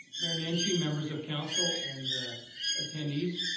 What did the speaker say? mayor nenshi, members of council and attendees,